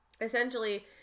essentially